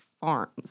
Farms